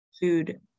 food